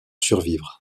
survivre